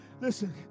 Listen